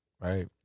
right